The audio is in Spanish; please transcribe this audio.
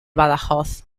badajoz